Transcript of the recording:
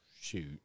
Shoot